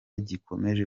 gikomeje